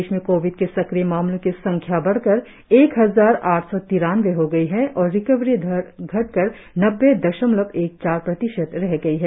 प्रदेश में कोविड के सक्रिय मामलों की संख्या बढ़कर एक हजार आठ सौ तिरानवे हो गई है और रिकवरी दर घटकर नब्बे दशमलव एक चार प्रतिशत रह गई है